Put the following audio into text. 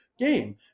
game